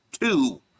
two